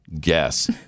guess